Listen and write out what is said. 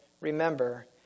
remember